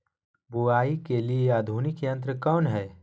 बुवाई के लिए आधुनिक यंत्र कौन हैय?